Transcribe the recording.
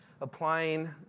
applying